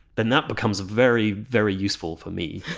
then that becomes very very useful for me